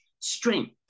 strength